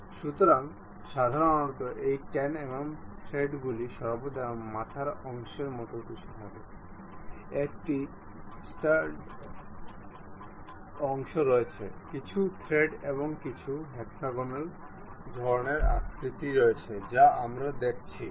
সুতরাং সাধারণত এই 10 mm থ্রেডগুলি সর্বদা মাথার অংশের মতো কিছু থাকে একটি স্টাড অংশ রয়েছে কিছু থ্রেড এবং কিছু হেক্সাগোনাল ধরণের আকৃতি রয়েছে যা আমরা দেখছি